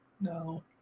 No